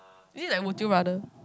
is it like Muthu brother